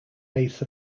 base